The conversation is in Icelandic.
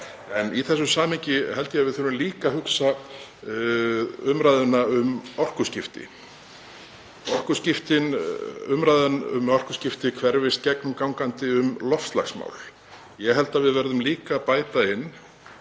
Í þessu samhengi held ég að við þurfum líka að hugsa um umræðuna um orkuskipti. Umræðan um orkuskipti hverfist gegnumgangandi um loftslagsmál og ég held að við verðum líka að bæta inn